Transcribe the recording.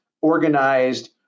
organized